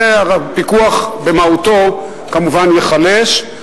והפיקוח במהותו כמובן ייחלש.